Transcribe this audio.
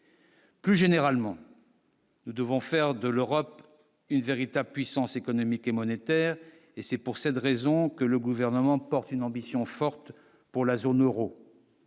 Plus généralement. Nous devons faire de l'Europe une véritable puissance économique et monétaire et c'est pour ça, de raisons. Donc le gouvernement porte une ambition forte pour la zone Euro.